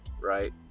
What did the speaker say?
right